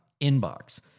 Inbox